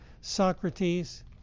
Socrates